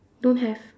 don't have